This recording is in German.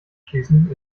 schließen